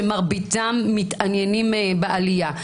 כשמרביתם מתעניינים בעלייה.